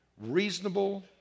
reasonable